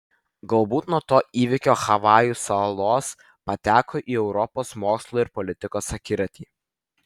galbūt nuo to įvykio havajų salos pateko į europos mokslo ir politikos akiratį